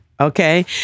Okay